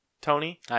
Tony